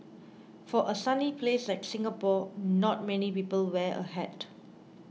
for a sunny place like Singapore not many people wear a hat